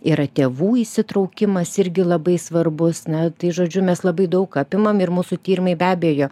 yra tėvų įsitraukimas irgi labai svarbus na tai žodžiu mes labai daug apimam ir mūsų tyrimai be abejo